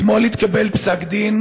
אתמול ניתן פסק דין